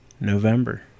November